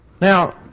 Now